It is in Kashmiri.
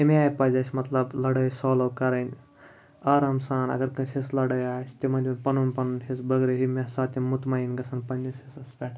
امہِ آے پَزِ اَسہِ مطلب لَڑٲے سالوٗ کَرٕنۍ آرام سان اگر کٲنٛسہِ ہِنٛز لَڑٲے آسہِ تِمَن دیُن پَنُن پَنُن حِصہٕ بٲگرٲوِتھ ییٚمہِ ساتہٕ تِم مطمعن گژھن پنٛنِس حِصَس پٮ۪ٹھ